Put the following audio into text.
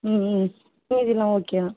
ம் ம் சரி ஓகே தான்